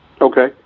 Okay